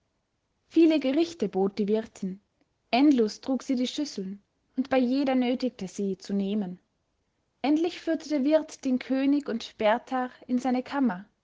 viele gerichte bot die wirtin endlos trug sie die schüsseln und bei jeder nötigte sie zu nehmen endlich führte der wirt den könig und berthar in seine kammer